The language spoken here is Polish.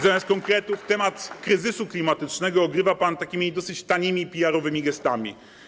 Zamiast konkretów temat kryzysu klimatycznego ogrywa pan takimi dosyć tanimi PR-owskimi gestami.